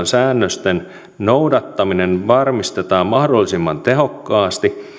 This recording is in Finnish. säännösten noudattaminen varmistetaan mahdollisimman tehokkaasti